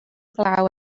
glaw